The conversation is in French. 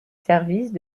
services